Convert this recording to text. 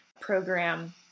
program